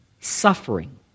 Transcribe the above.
suffering